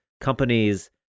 companies